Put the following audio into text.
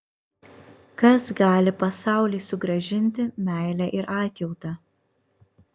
kas gali pasauliui sugrąžinti meilę ir atjautą